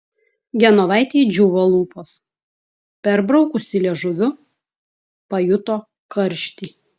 genovaitei džiūvo lūpos perbraukusi liežuviu pajuto karštį